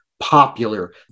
popular